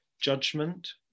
judgment